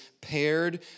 paired